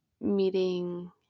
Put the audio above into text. meeting